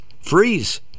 freeze